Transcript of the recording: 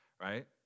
right